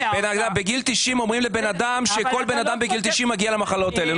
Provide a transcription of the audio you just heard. בגיל 90 אומרים למבקש שכל אדם בגיל 90 מגיע למחלות האלה.